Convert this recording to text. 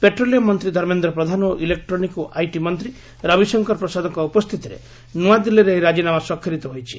petroleum ମନ୍ତ୍ରୀ ଧର୍ମେନ୍ଦ୍ର ପ୍ରଧାନ ଓ electronic ଓ ଆଟି ମନ୍ତ୍ରୀ ରବୀଶଙ୍କର ପ୍ରସାଦଙ୍କ ଉପସ୍ଥିତିରେ ନ୍ତଆଦିଲ୍ଲୀରେ ଏହି ରାଜିନାମା ସ୍ୱାକ୍ଷରିତ ହୋଇଛି